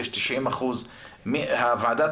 יש 90%. ועדת